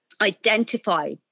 identify